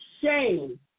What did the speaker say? shame